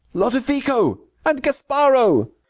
lodovico! and gasparo!